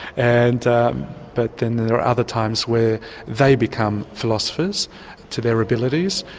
and but then then there are other times where they become philosophers to their abilities,